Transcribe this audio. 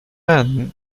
men